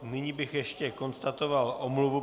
Nyní bych ještě konstatoval omluvu.